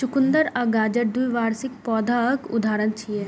चुकंदर आ गाजर द्विवार्षिक पौधाक उदाहरण छियै